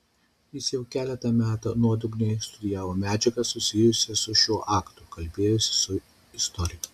jis jau keletą metų nuodugniai studijavo medžiagą susijusią su šiuo aktu kalbėjosi su istorikais